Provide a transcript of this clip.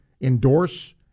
endorse